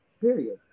period